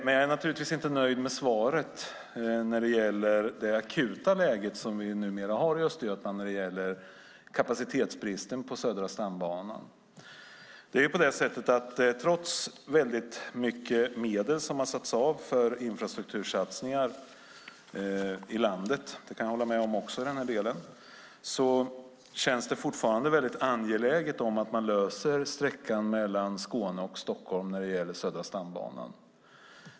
Men jag är naturligtvis inte nöjd med svaret i fråga om det akuta läge som vi numera har i Östergötland när det gäller kapacitetsbristen på Södra stambanan. Trots att väldigt mycket medel har avsatts för infrastruktursatsningar i landet - jag kan hålla med om att det har skett - känns det fortfarande mycket angeläget att man klarar sträckan mellan Skåne och Stockholm beträffande Södra stambanan.